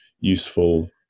useful